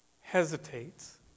hesitates